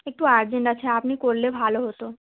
একটু আর্জেন্ট আছে আপনি করলে ভালো হতো